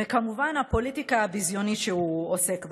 וכמובן הפוליטיקה הביזיונית שהוא עוסק בה.